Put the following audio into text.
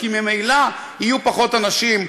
כי ממילא יהיו פחות אנשים,